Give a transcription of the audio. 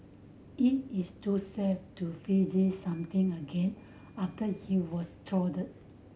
it is too safe to freeze something again after it was